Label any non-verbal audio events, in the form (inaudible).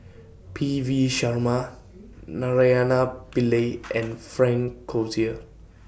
P V Sharma Naraina Pillai (noise) and Frank Cloutier